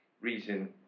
reason